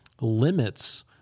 limits